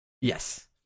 Yes